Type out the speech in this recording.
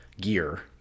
gear